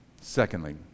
Secondly